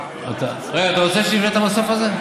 רגע, אתה רוצה שיבנו את המסוף הזה?